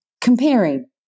comparing